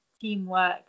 teamwork